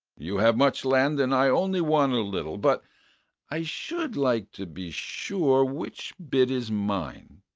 you have much land, and i only want a little. but i should like to be sure which bit is mine.